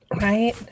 Right